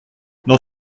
dans